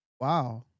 wow